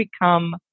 become